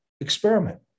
experiment